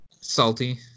Salty